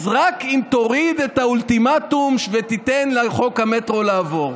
רק אם תוריד את האולטימטום ותיתן לחוק המטרו לעבור.